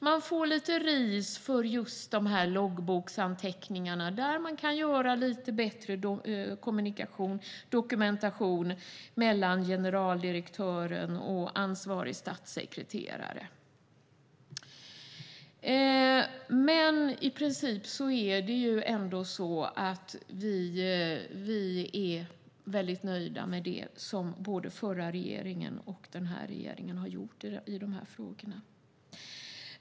Den får lite ris för loggboksanteckningarna, där dokumentation och kommunikation mellan generaldirektören och ansvarig statssekreterare kan göras lite bättre. I princip är vi väldigt nöjda med det som både den förra regeringen och den här regeringen har gjort i de här frågorna.